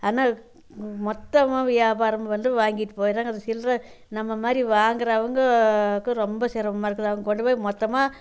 ஆனால் மொத்தமாக வியாபாரம் வந்து வாங்கிட்டு போயிடுறாங்க அது சில்லற நம்ம மாதிரி வாங்குகிறவுங்கக்கு ரொம்ப சிரமமாக இருக்குது அங்கே கொண்டு போய் மொத்தமாக